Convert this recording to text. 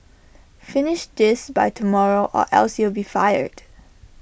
finish this by tomorrow or else you'll be fired